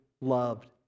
loved